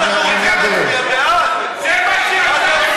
זה חוק חשוב.